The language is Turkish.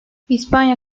i̇spanya